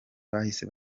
bahise